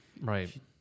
Right